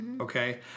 okay